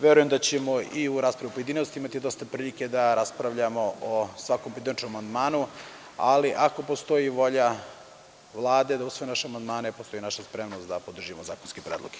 Verujem da ćemo i u raspravi u pojedinostima imati dosta prilike da raspravljamo o svakom pojedinačnom amandmanu, ali ako postoji volja Vlade da usvoji naše amandmane postoji naša spremnost da podržimo zakonske predloge.